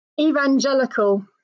evangelical